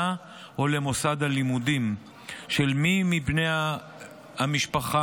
או למוסד הלימודים של מי מבני המשפחה